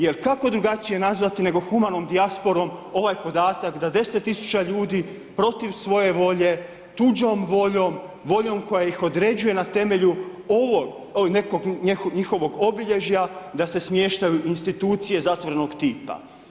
Jer kako drugačije nazvati, nego humanom dijasporom, ovaj podatak, da 10000 ljudi protiv svoje volje, tuđom voljom, voljom koja ih određuje na temelju ovog, nekog njihovog obilježja, da se smještaju u institucije zatvorenog tipa.